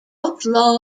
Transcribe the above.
outlaw